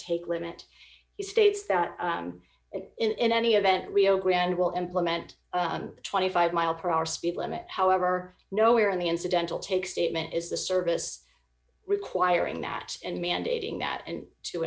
take limit he states that it in any event rio grande will implement the twenty five mile per hour speed limit however nowhere in the incidental take statement is the service requiring that and mandating that and to